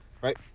Right